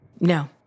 No